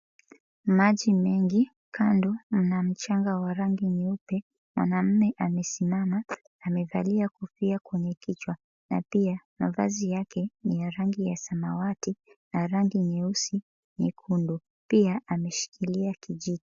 Maji mengi kando mna mchanga wa rangi nyeupe. Mwanaume amesimama amevalia kofia kwenye kichwa na pia mavazi yake ni ya rangi ya samawati na rangi nyeusi nyekundu. Pia ameshikilia kijiti.